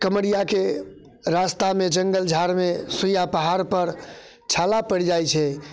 काँवरियाके रास्तामे जंगल झाड़मे सुइआ पहाड़पर छाला पड़ि जाइत छै